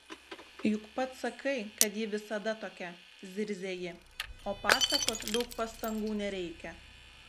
juk pats sakai kad ji visada tokia zirzia ji o pasakot daug pastangų nereikia